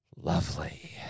Lovely